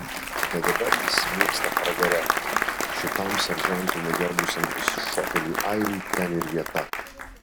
bet dabar jis smilksta pragare šitam seržantų negerbusiam išsišokėliui airiui ten ir vieta